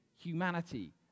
humanity